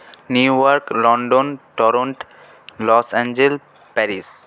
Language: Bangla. new York London Toronto Los Angeles Paris